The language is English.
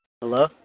Hello